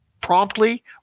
promptly